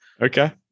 Okay